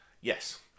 Yes